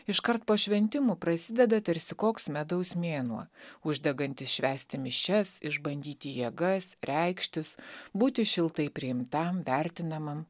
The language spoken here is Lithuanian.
iškart po šventimų prasideda tarsi koks medaus mėnuo uždegantis švęsti mišias išbandyti jėgas reikštis būti šiltai priimtam vertinamam